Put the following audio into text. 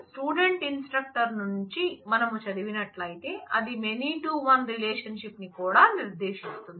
student instructor నుంచి మనం చదివినట్లయితే అది మెనీ టు వన్ రిలేషన్షిప్ న్ని కూడా నిర్దేశిస్తుంది